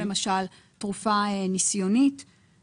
האימהות לילדים אוטיסטים --- אבל על מה את מדברת,